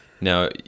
Now